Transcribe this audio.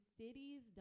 cities